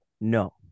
No